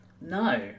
no